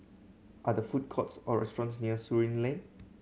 are the food courts or restaurants near Surin Lane